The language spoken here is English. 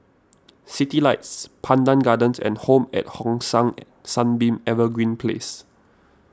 Citylights Pandan Gardens and Home at Hong San Sunbeam Evergreen Place